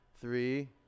three